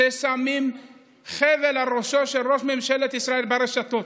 ששמים חבל על ראשו של ראש ממשלת ישראל ברשתות,